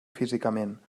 físicament